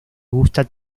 gusta